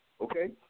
Okay